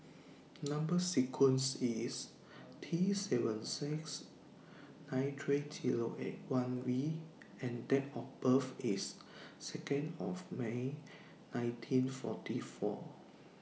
Number sequence IS T seven six nine three Zero eight one V and Date of birth IS Second of May nineteen forty four